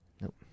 Nope